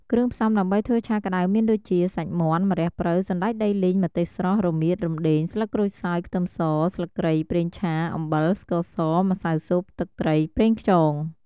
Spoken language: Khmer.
គ្រឿងផ្សំដើម្បីធ្វើឆាក្តៅមានដូចជា សាច់មាន់ ម្រះព្រៅ សណ្តែកដីលីង ម្ទេសស្រស់ រមៀត រំដេង ស្លឹកក្រូចសើច ខ្ទឹមស ស្លឹកគ្រៃ ប្រេងឆា អំបិល ស្ករស ម្សៅស៊ុប ទឹកត្រី ប្រេងខ្យង។